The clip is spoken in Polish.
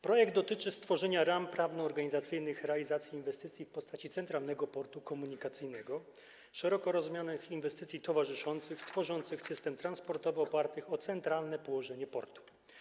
Projekt dotyczy stworzenia ram prawno-organizacyjnych realizacji inwestycji w postaci Centralnego Portu Komunikacyjnego, szeroko rozumianych inwestycji towarzyszących, tworzących system transportowy, opartych na centralnym położeniu portu.